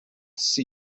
sea